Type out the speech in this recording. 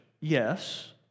Yes